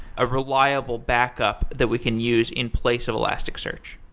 a reliable backup that we can use in place of elasticsearch?